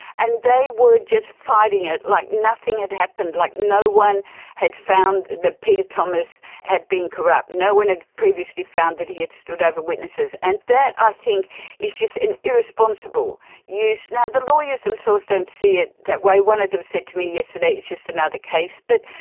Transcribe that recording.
and they were just fighting it like nothing had happened, like no one had found that peter thomas had been corrupt, no one had previously found that he had stood over witnesses, and that i think is just an irresponsible use, now, the lawyers themselves don't see it that way. one of them said to me yesterday, it's just another case. but,